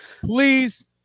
please